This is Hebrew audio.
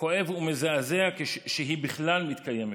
כואב ומזעזע כשהיא בכלל מתקיימת,